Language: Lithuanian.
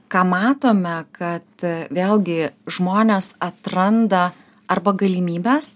ką matome kad vėlgi žmonės atranda arba galimybes